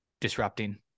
disrupting